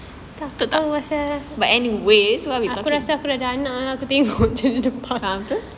but anyway why we talking